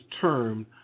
termed